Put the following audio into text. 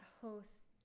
hosts